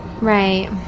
Right